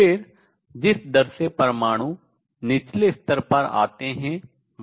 फिर जिस दर से परमाणु निचले स्तर पर आते हैं